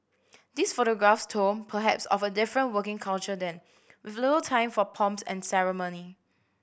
these photographs told perhaps of a different working culture then with little time for pomps and ceremony